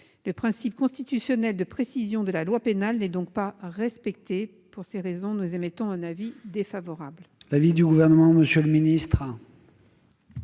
Le principe constitutionnel de précision de la loi pénale n'est donc pas respecté. Pour ces raisons, nous émettons un avis défavorable sur cet amendement. Quel est